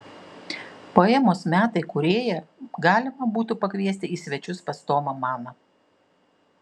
poemos metai kūrėją galima būtų pakviesti į svečius pas tomą maną